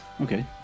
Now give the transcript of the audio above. Okay